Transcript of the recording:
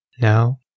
Now